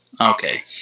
Okay